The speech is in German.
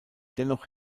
dennoch